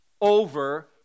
over